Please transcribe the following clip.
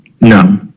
no